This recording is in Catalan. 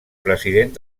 president